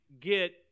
get